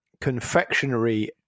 confectionery